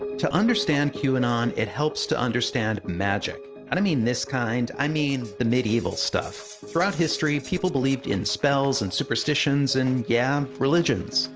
to understand qanon, it helps to understand magic. i don't mean this kind. i mean the medieval stuff. throughout history, people believed in spells and superstitions and, yeah, religions.